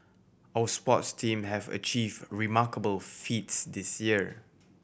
our sports team have achieve remarkable feats this year